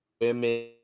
women